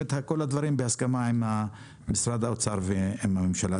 את כל הדברים בהסכמה עם משרד האוצר ועם הממשלה.